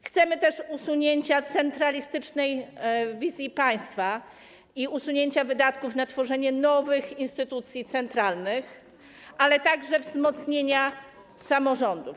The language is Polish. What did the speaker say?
Chcemy też usunięcia centralistycznej wizji państwa i usunięcia wydatków na tworzenie nowych instytucji centralnych, ale także wzmocnienia samorządów.